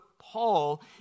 Paul